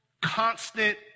constant